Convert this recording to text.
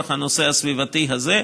לצורך הנושא הסביבתי הזה,